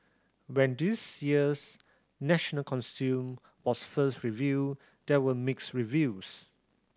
when this year's national costume was first revealed there were mixed reviews